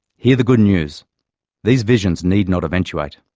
hear the good news these visions need not eventuate.